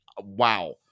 wow